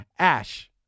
Ash